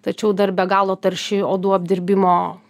tačiau dar be galo tarši odų apdirbimo